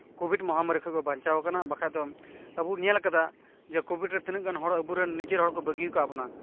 covid ᱢᱚᱦᱟᱢᱟᱨᱤ ᱠᱷᱚᱡ ᱠᱚ ᱵᱟᱧᱪᱟᱣ ᱟᱠᱟᱱᱟ ᱵᱟᱠᱷᱟᱡ ᱫᱚ ᱟᱵᱚᱵᱚᱱ ᱧᱮᱞ ᱟᱠᱟᱫᱟ ᱡᱮ ᱠᱳᱵᱷᱤᱰᱨᱮ ᱟᱵᱚᱨᱮᱱ ᱱᱤᱡᱮᱨ ᱦᱚᱲ ᱠᱚ ᱵᱟᱹᱜᱤ ᱟᱠᱟᱜ ᱵᱚᱱᱟ